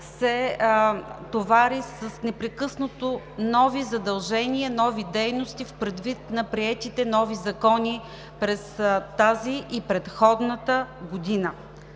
се товари непрекъснато с нови задължения, нови дейности предвид на приетите нови закони през тази и предходната година.